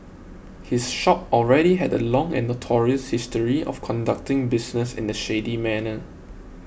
his shop already had a long and notorious history of conducting business in a shady manner